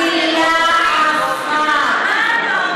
מילה אחת, מה האובססיה?